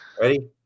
Ready